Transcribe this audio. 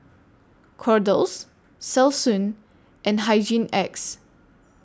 Kordel's Selsun and Hygin X